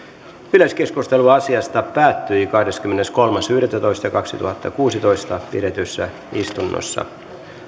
yleiskeskustelu asiasta päättyi kahdeskymmeneskolmas yhdettätoista kaksituhattakuusitoista pidetyssä istunnossa